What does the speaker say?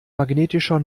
magnetischer